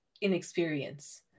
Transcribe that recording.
inexperience